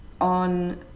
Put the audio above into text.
on